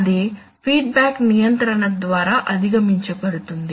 అది feedback నియంత్రణ ద్వారా అధిగమించబడుతుంది